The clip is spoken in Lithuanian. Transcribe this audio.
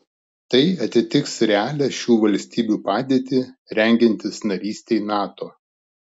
tai atitiks realią šių valstybių padėtį rengiantis narystei nato